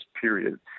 period